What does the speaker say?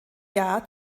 jahr